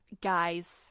guys